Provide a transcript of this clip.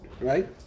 Right